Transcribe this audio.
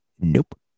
Nope